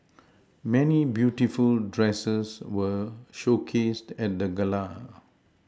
many beautiful dresses were showcased at the gala